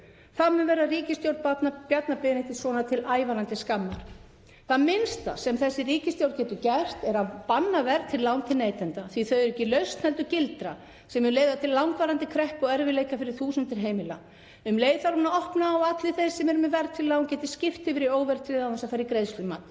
Það mun verða ríkisstjórn Bjarna Benediktssonar til ævarandi skammar. Það minnsta sem þessi ríkisstjórn getur gert er að banna verðtryggð lán til neytenda því að þau eru ekki lausn heldur gildra sem mun leiða til langvarandi kreppu og erfiðleika fyrir þúsundir heimila. Um leið þarf hún að opna á að allir þeir sem eru með verðtryggð lán geti skipt yfir í óverðtryggð án þess að fara í greiðslumat.